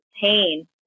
pain